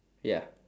ya